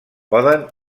poden